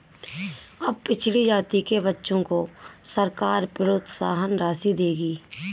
अब पिछड़ी जाति के बच्चों को सरकार प्रोत्साहन राशि देगी